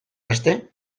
beste